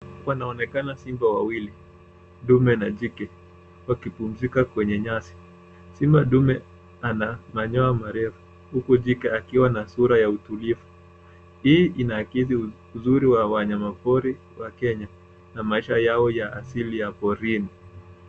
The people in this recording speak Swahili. Wanaonekana simba wawili dume na jike wakipumzika kwenye nyasi. Simba dume ana manyoya marefu huku jike akiwa na sura ya utulivu. Hii inaagiza uzuri wa wanyama pori wa Kenya na maisha yao ya asili ya porini.